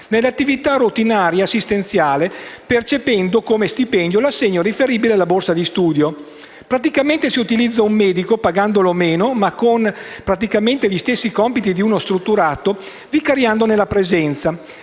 nell'attività routinaria assistenziale, percependo come stipendio, l'assegno riferibile alla borsa di studio. Praticamente si utilizza un medico, pagandolo meno, ma affidandogli gli stessi compiti di uno strutturato, vicariandone la presenza.